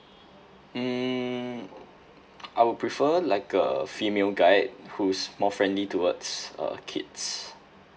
mm I would prefer like a female guide who is more friendly towards uh kids